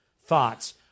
thoughts